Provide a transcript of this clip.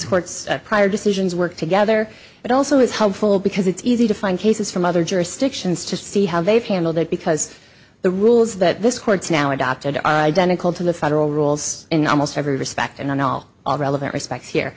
court's prior decisions work together it also is helpful because it's easy to find cases from other jurisdictions to see how they've handled it because the rules that this courts now adopted are identical to the federal rules in almost every respect and in all all relevant respects